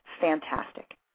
fantastic